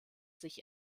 sich